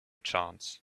chance